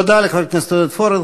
תודה לחבר הכנסת פורר.